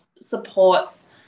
supports